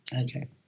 Okay